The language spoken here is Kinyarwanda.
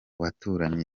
baturanyi